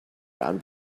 round